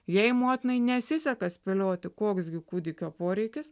jei motinai nesiseka spėlioti koks gi kūdikio poreikis